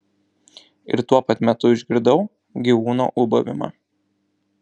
ir tuo pat metu išgirdau gyvūno ūbavimą